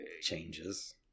changes